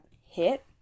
hit